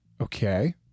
Okay